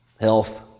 Health